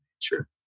Sure